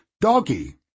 doggy